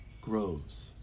grows